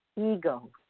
ego